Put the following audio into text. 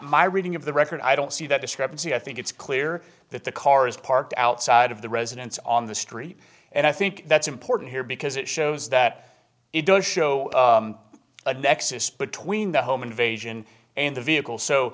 my reading of the record i don't see that discrepancy i think it's clear that the car is parked outside of the residence on the street and i think that's important here because it shows that it does show a nexus between the home invasion and the vehicle so